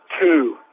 two